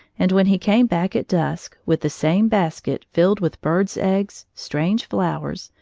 and when he came back at dusk, with the same baskets filled with birds' eggs, strange flowers,